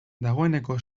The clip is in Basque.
dagoeneko